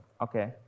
okay